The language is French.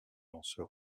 lanceur